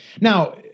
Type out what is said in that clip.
now